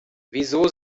wieso